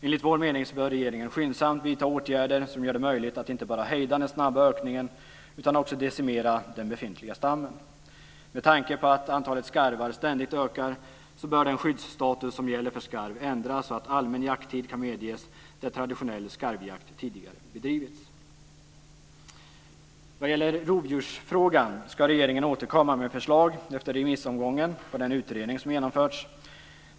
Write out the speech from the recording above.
Enligt vår mening bör regeringen skyndsamt vidta åtgärder som gör det möjligt att inte bara hejda den snabba ökningen utan också decimera den befintliga stammen. Med tanke på att antalet skarvar ständigt ökar, bör den skyddsstatus som gäller för skarv ändras så att allmän jakttid kan medges där traditionell skarvjakt tidigare bedrivits. Vad gäller rovdjursfrågan ska regeringen återkomma med förslag efter remissomgången och den utredning som genomförts.